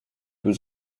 was